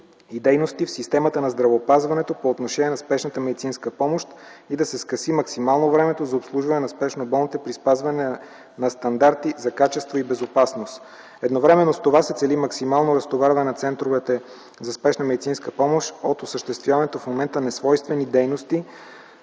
и дейности в системата на здравеопазването по отношение на спешната медицинска помощ и да се скъси максимално времето за обслужване на спешно болните при спазване на стандарти за качество и безопасност. Едновременно с това се цели максимално разтоварване на центровете за спешна медицинска помощ от осъществяването в момента на несвойствени дейности